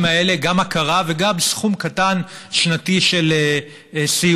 האלה גם הכרה וגם סכום קטן שנתי של סיוע.